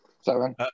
Seven